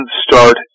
start